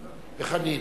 וחנין.